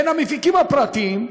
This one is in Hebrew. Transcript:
בין המפיקים הפרטיים,